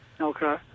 Okay